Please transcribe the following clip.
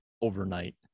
overnight